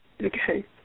Okay